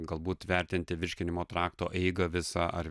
galbūt vertinti virškinimo trakto eigą visą ar